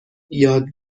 یاد